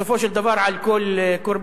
בסופו של דבר, על כל קורבן.